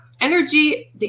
energy